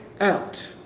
out